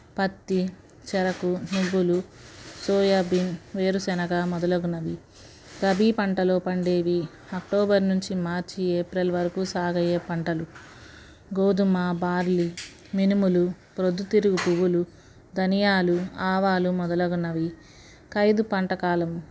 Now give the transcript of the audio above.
పత్తి చెరకు నువ్వులు సోయా బీన్ వేరుశనగ మొదలగునవి ఖబీ పంటలో పండేవి అక్టోబర్ నుంచి మార్చి ఏప్రిల్ వరకు సాగయ్యే పంటలు గోధుమ బార్లీ మినుములు ప్రొద్దుతిరుగు పువ్వులు ధనియాలు ఆవాలు మొదలగున్నవి కైదు పంట కాలము